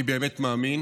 אני באמת מאמין